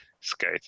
skate